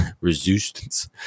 resistance